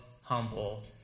humble